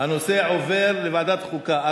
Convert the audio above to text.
הנושא עובר לוועדת חוקה,